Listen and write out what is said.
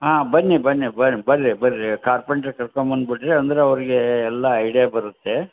ಹಾಂ ಬನ್ನಿ ಬನ್ನಿ ಬರ್ರಿ ಬರ್ರಿ ಬರ್ರಿ ಕಾರ್ಪೆಂಟರ್ ಕರ್ಕೊಂಡ್ಬಂದ್ಬಿಡ್ರಿ ಅಂದರೆ ಅವರಿಗೆ ಎಲ್ಲ ಐಡ್ಯಾ ಬರುತ್ತೆ